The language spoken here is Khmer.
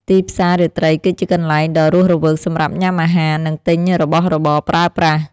ទីផ្សាររាត្រីគឺជាកន្លែងដ៏រស់រវើកសម្រាប់ញ៉ាំអាហារ និងទិញរបស់របរប្រើប្រាស់។